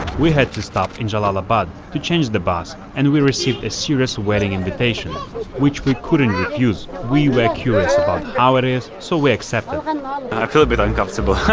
we had to stop in jalal abad to change the bus and we received a serious wedding invitation which we couldn't refuse we were curious about how it is, so we accepted i feel a bit uncomfortable coming